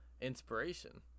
inspiration